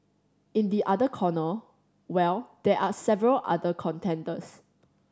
in the other corner well there are several other contenders